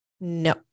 No